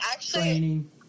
training